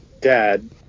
dad